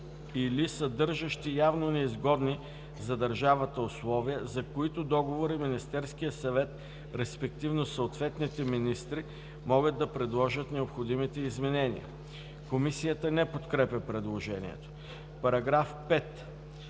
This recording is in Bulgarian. или съдържащи явно неизгодни за държавата условия, за които договори Министерският съвет, респективно – съответните министри могат да предложат необходимите изменения.“ Комисията не подкрепя предложението. Параграф 5